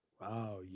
Wow